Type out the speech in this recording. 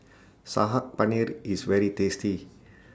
Saag Paneer IS very tasty